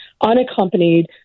unaccompanied